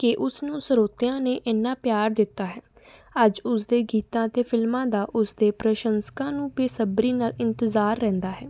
ਕਿ ਉਸਨੂੰ ਸਰੋਤਿਆਂ ਨੇ ਇੰਨਾ ਪਿਆਰ ਦਿੱਤਾ ਹੈ ਅੱਜ ਉਸਦੇ ਗੀਤਾਂ ਅਤੇ ਫਿਲਮਾਂ ਦਾ ਉਸਦੇ ਪ੍ਰਸ਼ੰਸਕਾਂ ਨੂੰ ਬੇਸਬਰੀ ਨਾਲ ਇੰਤਜ਼ਾਰ ਰਹਿੰਦਾ ਹੈ